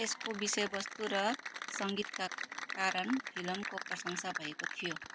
यसको विषयवस्तु र सङ्गीतका कारण फिल्मको प्रशंसा भएको थियो